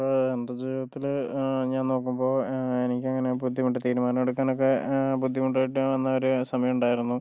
ഇപ്പോൾ എൻ്റെ ജീവിതത്തിൽ ഞാൻ നോക്കുമ്പോൾ എനിക്കങ്ങനെ ബുദ്ധിമുട്ട് തീരുമാനമെടുക്കാനൊക്കെ ബുദ്ധിമുട്ടായിട്ട് വന്ന ഒരു സമയമുണ്ടായിരുന്നു